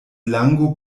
lango